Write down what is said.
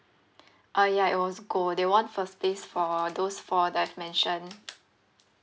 uh ya it was gold they won first place for those four that I've mentioned